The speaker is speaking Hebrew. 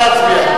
נא להצביע.